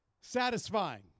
satisfying